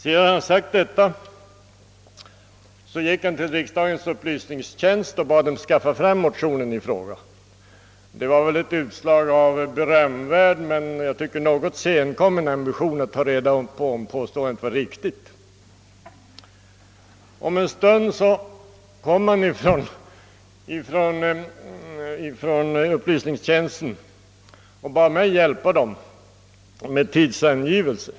Sedan han sagt detta gick han till riksdagens upplysningstjänst för att skaffa fram motionen i fråga. Det var väl ett utslag av en berömvärd men något senkommen ambition att ta reda på om påståendet var riktigt. Om en stund kom man från upplysningstjänsten och bad mig hjälpa till med en tidsangivelse.